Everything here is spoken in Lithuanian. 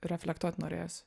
reflektuot norėjos